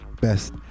best